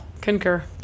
concur